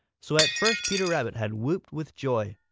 so at first peter rabbit had whooped with joy.